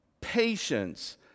patience